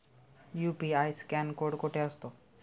UPI scan code कुठे असतो?